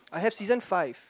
I have season five